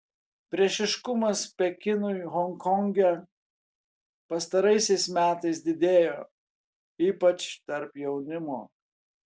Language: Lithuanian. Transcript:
priešiškumas pekinui honkonge pastaraisiais metais didėjo ypač tarp jaunimo